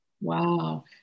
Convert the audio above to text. Wow